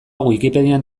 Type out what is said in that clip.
wikipedian